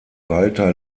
walter